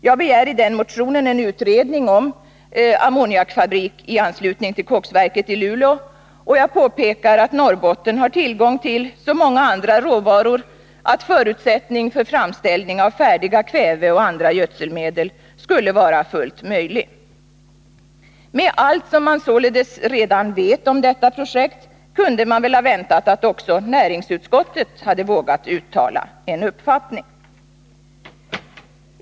Jag begär i motionen en utredning om en ammoniakfabrik i anslutning till koksverket i Luleå, och jag påpekar att Norrbotten har tillgång till så många andra råvaror att förutsättning för framställning av färdiga kvävegödselmedel och andra gödselmedel skulle vara fullt möjlig. Med allt man således redan vet om detta projekt kunde man väl ha väntat att även näringsutskottet vågat uttala en uppfattning.